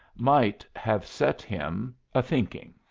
might have set him a-thinking.